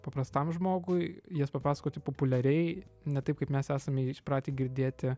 paprastam žmogui jas papasakoti populiariai ne taip kaip mes esame įpratę girdėti